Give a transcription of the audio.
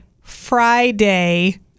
friday